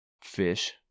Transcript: Fish